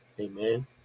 Amen